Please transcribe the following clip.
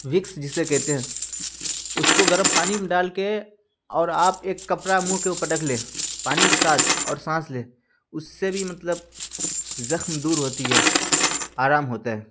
Vicks جسے کہتے ہیں اس کو گرم پانی میں ڈال کے اور آپ ایک کپڑا منہ کے اوپر رکھ لے پانی کے ساتھ اور سانس لے اس سے بھی مطلب زخم دور ہوتی ہے آرام ہوتا ہے